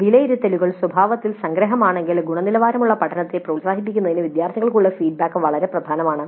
ഈ വിലയിരുത്തലുകൾ സ്വഭാവത്തിൽ സംഗ്രഹമാണെങ്കിലും ഗുണനിലവാരമുള്ള പഠനത്തെ പ്രോത്സാഹിപ്പിക്കുന്നതിന് വിദ്യാർത്ഥികൾക്കുള്ള ഫീഡ്ബാക്ക് വളരെ പ്രധാനമാണ്